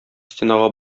стенага